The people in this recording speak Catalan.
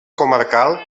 comarcal